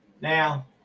Now